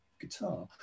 guitar